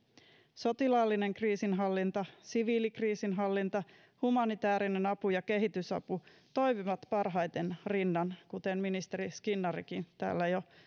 sotilaallinen kriisinhallinta siviilikriisinhallinta humanitäärinen apu ja kehitysapu toimivat parhaiten rinnan kuten ministeri skinnarikin täällä jo